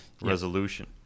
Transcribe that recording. resolution